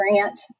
grant